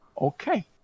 okay